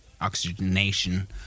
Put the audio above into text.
oxygenation